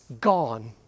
gone